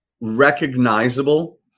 recognizable